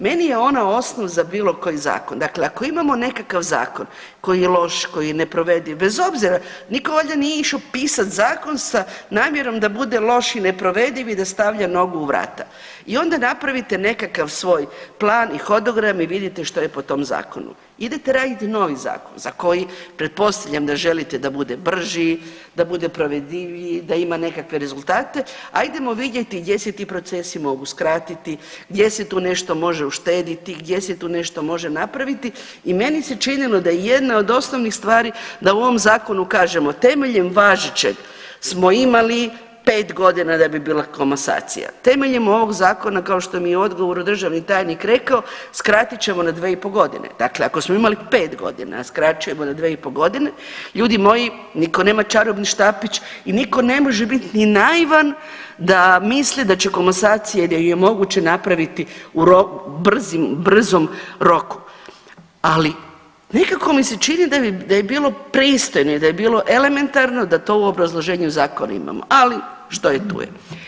Meni je ona osnova za bilo koji zakon, dakle ako imamo nekakav zakon koji je loš, koji je neprovediv, bez obzira niko valjda nije išao pisat zakon sa namjerom da bude loš i neprovediv i da stavlja nogu u vrata i onda napravite nekakav svoj plan i hodogram i vidite što je po tom zakonu, idete raditi novi zakon za koji pretpostavljam da želite da bude brži, da bude provediviji, da ima nekakve rezultate, ajdemo vidjeti gdje se ti procesi mogu skratiti, gdje se tu nešto može uštediti, gdje se tu nešto može napraviti i meni se činilo da je jedna od osnovnih stvari da u ovom zakonu kažemo temeljem važećeg smo imali 5.g. da bi bila komasacija, temeljem ovog zakona kao što mi je u odgovoru državni tajnik rekao skratit ćemo na 2,5.g., dakle ako smo imali 5.g., a skraćujemo za 2,5.g. ljudi moji niko nema čarobni štapić i niko ne može bit ni naivan da misli da će komasacija i da ju je moguće napraviti u brzom roku, ali nekako mi se čini da bi, da je bilo pristojno i da je bilo elementarno da to u obrazloženju zakona imamo, ali što je tu je.